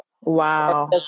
Wow